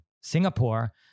Singapore